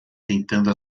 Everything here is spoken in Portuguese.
tentando